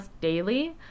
daily